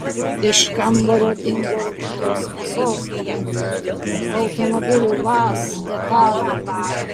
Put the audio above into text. iš kambario dingo rūkytos mėsos gaminių automobilio vaz detalių